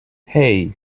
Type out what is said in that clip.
hey